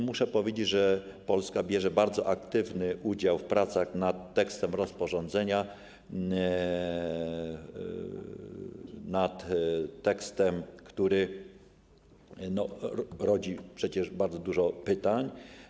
Muszę powiedzieć, że Polska bierze bardzo aktywny udział w pracach nad tekstem rozporządzenia, tekstem, który rodzi przecież bardzo dużo pytań.